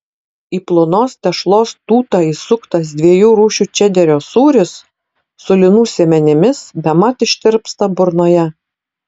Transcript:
į plonos tešlos tūtą įsuktas dviejų rūšių čederio sūris su linų sėmenimis bemat ištirpsta burnoje